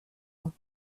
ans